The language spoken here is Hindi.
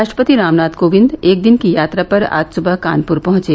राष्ट्रपति रामनाथ कोविंद एक दिन की यात्रा पर आज सुबह कानपुर पहंचे